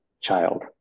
child